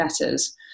letters